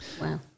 Wow